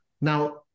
now